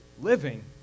living